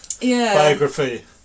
biography